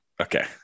okay